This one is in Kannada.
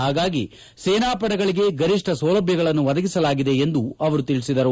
ಹಾಗಾಗಿ ಸೇನಾಪಡೆಗಳಿಗೆ ಗರಿಷ್ಟ ಸೌಲಭ್ಯಗಳನ್ನು ಒದಗಿಸಲಾಗಿದೆ ಎಂದು ತಿಳಿಸಿದರು